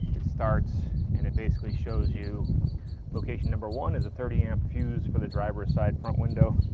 it starts and it basically shows you location number one is a thirty amp fuse for the driver's side front window